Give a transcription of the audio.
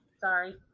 Sorry